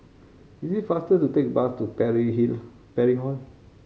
is it faster to take bus to Parry Hill Pary Hall